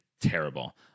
terrible